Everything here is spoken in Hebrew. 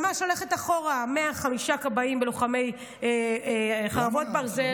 ממש ללכת אחורה מחמשת הכבאים כלוחמי חרבות ברזל.